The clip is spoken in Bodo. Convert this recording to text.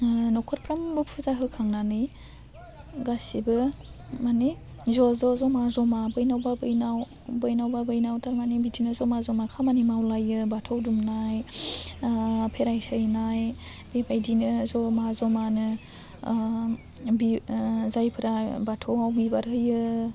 न'खरफ्रोमबो फुजा होखांनानै गासिबो माने ज' ज' ज'मा ज'मा बैनावबा बेनाव बैनावबा बेनाव थारमानि बिदिनो ज'मा ज'मा खामानि मावलायो बाथौ दुमनाय फेराय सैनाय बे बायदिनो ज'मा जमानो बि जायफ्रा बाथौआव बिबार होयो